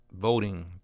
voting